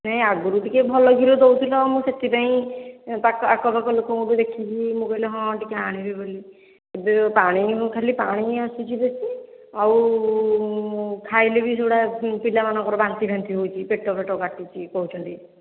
ନାଇଁ ଆଗରୁ ଟିକିଏ ଭଲ କ୍ଷୀର ଦେଉଥିଲ ମୁଁ ସେଥିପାଇଁ ତାକୁ ଆଖ ପାଖ ଲୋକଙ୍କଠୁ ଦେଖିକି ମୁଁ କହିଲି ହଁ ଟିକିଏ ଆଣିବି ବୋଲି ଏବେ ପାଣି ଖାଲି ପାଣି ହିଁ ଆସୁଛି ବେଶୀ ଆଉ ଖାଇଲେ ବି ସେଗୁଡ଼ା ପିଲାମାନଙ୍କର ବାନ୍ତି ଫାନ୍ତି ହେଉଛି ପେଟ ଫେଟ କାଟୁଛି କହୁଛନ୍ତି